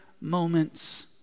moments